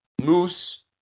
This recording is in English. Moose